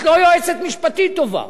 את לא יועצת משפטית טובה,